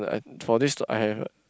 for this I have a